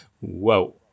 whoa